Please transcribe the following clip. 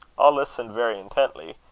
all listened very intently,